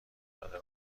داده